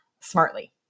smartly